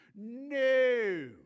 No